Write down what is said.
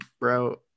bro